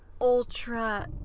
ultra